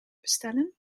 bestellen